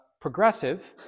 progressive